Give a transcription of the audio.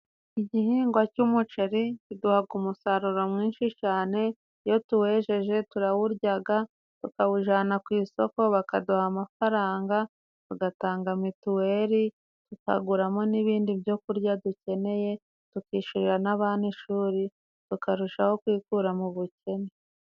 Igihingwa cy'umuceri kiduha umusaruro mwinshi cyane, iyo tuwejeje turawurya tukawujyana ku isoko bakaduha amafaranga, tugatanga mituweli, tukaguramo ni ibindi byo kurya dukeneye, tukishyurira n'abana ishuri tukarushaho kwikura mu bukene.